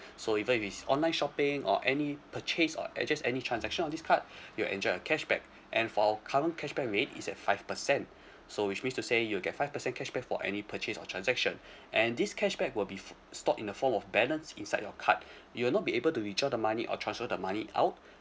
so even if it's online shopping or any purchase or uh just any transaction of this card you'll enjoy a cashback and for our current cashback rate is at five percent so which means to say you'll get five percent cashback for any purchase or transaction and this cashback will be f~ stored in the form of balance inside your card you will not be able to withdraw the money or transfer the money out